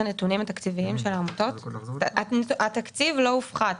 התקציב לא הופחת